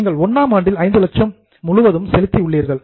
நீங்கள் 1 ஆம் ஆண்டில் 5 லட்சம் என்டயர் முழுவதும் செலுத்தி உள்ளீர்கள்